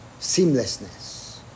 seamlessness